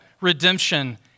redemption